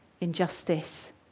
injustice